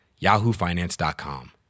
yahoofinance.com